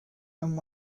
and